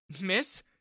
Miss